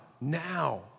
now